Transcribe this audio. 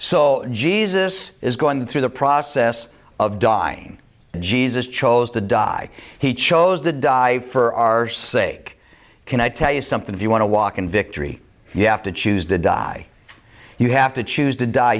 so jesus is going through the process of dying jesus chose to die he chose to die for our sake can i tell you something if you want to walk in victory you have to choose to die you have to choose to